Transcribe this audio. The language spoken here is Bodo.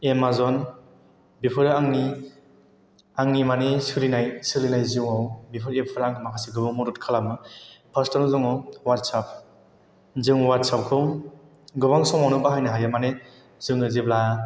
एमाज'न बेफोरो आंनि माने सोलिनाय जिउआव बेफोर एप फोरा आंखौ माखासे गोबां मदद खालामो फार्स्ट आवनो दङ व्हाट्सेप जों व्हाट्सेप खौ गोबां समावनो बाहायनो हायो माने जोङो जेब्ला